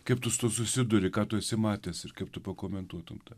kaip tu susiduri ką tu esi matęs ir kaip tu pakomentuotumei tai